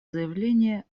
заявление